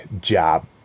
job